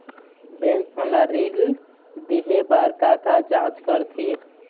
Bank मोला ऋण देहे बार का का जांच करथे?